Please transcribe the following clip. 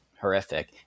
horrific